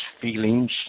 feelings